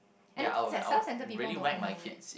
and the thing is that self centred people don't know it